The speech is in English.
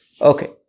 Okay